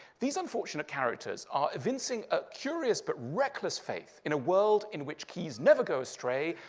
these unfortunate characters are evincing a curious but reckless faith in a world in which keys never go astray,